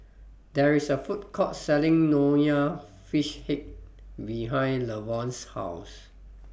There IS A Food Court Selling Nonya Fish Head behind Lavonne's House